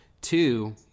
Two